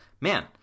man